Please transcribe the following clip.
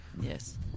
Yes